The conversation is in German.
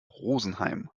rosenheim